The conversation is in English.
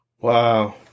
Wow